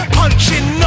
punching